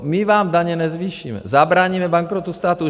My vám daně nezvýšíme, zabráníme bankrotu státu.